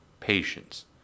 patience